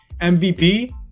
MVP